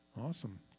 Awesome